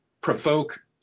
provoke –